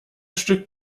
stück